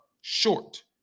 short